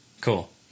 Cool